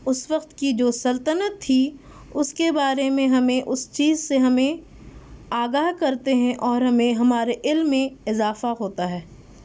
اس وقت کی جو سلطنت تھی اس کے بارے میں ہمیں اس چیز سے ہمیں آگاہ کرتے ہیں اور ہمیں ہمارے علم میں اضافہ ہوتا ہے